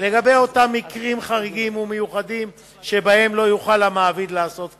לגבי אותם מקרים חריגים ומיוחדים שבהם לא יוכל המעביד לעשות כן.